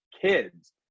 kids